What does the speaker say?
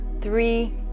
three